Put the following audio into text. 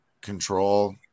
control